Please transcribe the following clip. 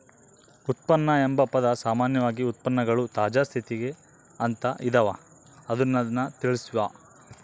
ಉತ್ಪನ್ನ ಎಂಬ ಪದ ಸಾಮಾನ್ಯವಾಗಿ ಉತ್ಪನ್ನಗಳು ತಾಜಾ ಸ್ಥಿತಿಗ ಅಂತ ಇದವ ಅನ್ನೊದ್ದನ್ನ ತಿಳಸ್ಸಾವ